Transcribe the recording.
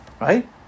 Right